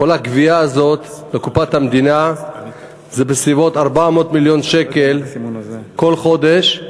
כל הגבייה הזאת לקופת המדינה זה בסביבות 400 מיליון שקלים כל חודש.